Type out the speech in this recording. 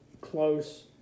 close